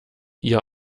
ihr